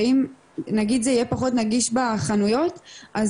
ואם נגיד זה יהיה פחות נגיש בחנויות אז